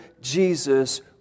Jesus